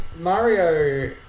Mario